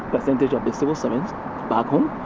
percentage of the civil servants back home,